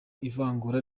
ivangura